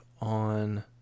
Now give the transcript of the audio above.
on